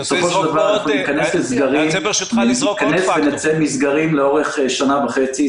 בסופו של דבר אנחנו ניכנס ונצא מסגרים לאורך שנה וחצי.